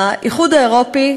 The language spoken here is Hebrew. האיחוד האירופי,